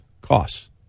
costs